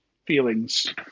feelings